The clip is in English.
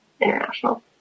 international